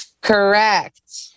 Correct